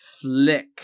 flick